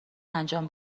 انجام